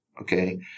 Okay